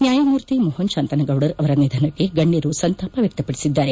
ನ್ಡಾಯಮೂರ್ತಿ ಮೋಹನ್ ಶಾಂತನಗೌಡರ್ ಅವರ ನಿಧನಕ್ಕೆ ಗಣ್ಣರು ಸಂತಾಪ ವ್ಯಕ್ತಪಡಿಸಿದ್ದಾರೆ